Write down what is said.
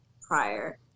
prior